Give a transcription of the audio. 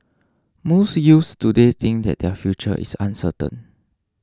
most youths today think that their future is uncertain